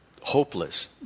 hopeless